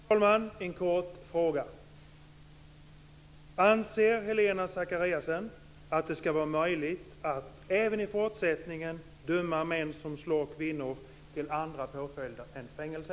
Fru talman! En kort fråga: Anser Helena Zakariasén att det ska vara möjligt att även i fortsättningen döma män som slår kvinnor till annan påföljd än fängelse?